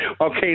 Okay